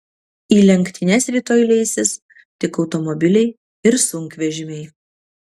į lenktynes rytoj leisis tik automobiliai ir sunkvežimiai